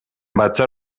batzar